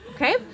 okay